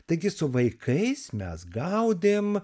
taigi su vaikais mes gaudėm